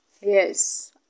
yes